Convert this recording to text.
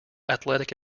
athletic